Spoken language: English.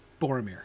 Boromir